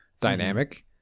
dynamic